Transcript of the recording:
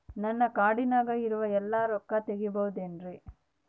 ನನ್ನ ಕಾರ್ಡಿನಾಗ ಇರುವ ಎಲ್ಲಾ ರೊಕ್ಕ ತೆಗೆಯಬಹುದು ಏನ್ರಿ?